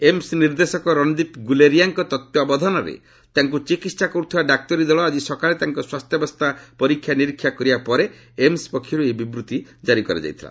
emu ନିର୍ଦ୍ଦେଶକ ରଣଦୀପ ଗୁଲେରିଆଙ୍କ ତତ୍ୱାବଧାନରେ ତାଙ୍କୁ ଚିକିତ୍ସା କରୁଥିବା ଡାକ୍ତରୀ ଦଳ ଆକି ସକାଳେ ତାଙ୍କ ସ୍ୱାସ୍ଥ୍ୟବସ୍ଥା ପରୀକ୍ଷାନିରୀକ୍ଷା କରିବା ପରେ ଏମୁ ପକ୍ଷରୁ ଏହି ବିବୃତ୍ତି କାରି କରାଯାଇଛି